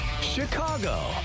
Chicago